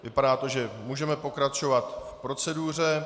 Vypadá to, že můžeme pokračovat v proceduře.